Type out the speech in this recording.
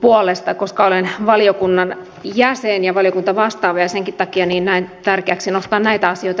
puolesta koska olen valiokunnan jäsen ja valiokuntavastaava ja senkin takia näen tärkeäksi nostaa näitä asioita esille